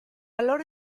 allora